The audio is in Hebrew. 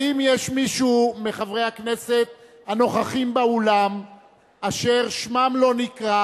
האם יש מישהו מחברי הכנסת הנוכחים באולם אשר שמם לא נקרא,